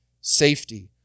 safety